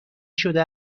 شده